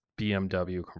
BMW